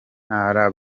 ntara